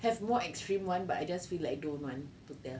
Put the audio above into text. have more extreme one but I just feel like don't want to tell